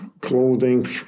clothing